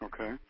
Okay